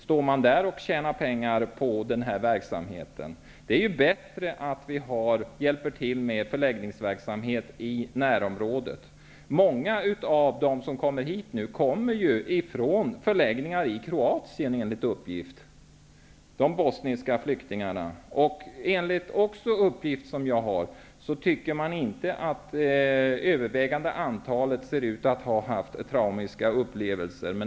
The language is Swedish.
Tjänar man där pengar på denna verksamhet? Det är ju bättre att vi hjälper till med förläggningsverksamhet i närområdet. Många av de bosniska flyktingarna som nu kommer hit kommer från förläggningar i Kroatien, enligt uppgift. Enligt en annan uppgift ser inte det övervägande antalet ut att ha haft traumatiska upplevelser.